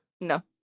No